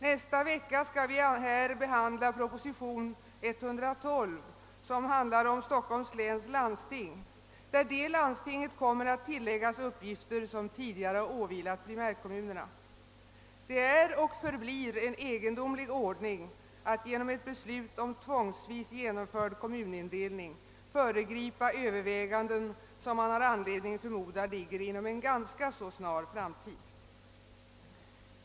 Nästa vecka skall vi här behandla proposition nr 112, som handlar om Stockholms läns landsting, vilket kommer att tilläggas uppgifter som tidigare åvilat primärkommunerna. Det är och förblir en egendomlig ordning att genom ett beslut om tvångsvis genomförd kommunindelning före gripa överväganden som man har anledning förmoda ligger inom en ganska snar framtid.